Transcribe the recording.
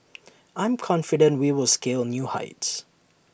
I'm confident we will scale new heights